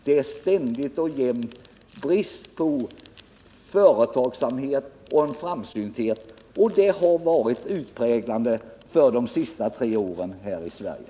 Det är ständigt och jämt brist på företagsamhet och framsynthet, och det har varit utmärkande för de senaste tre åren här i Sverige.